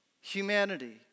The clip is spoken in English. humanity